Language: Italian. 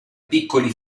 piccoli